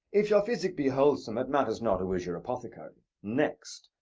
if your physic be wholesome, it matters not who is your apothecary. next,